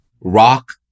Rock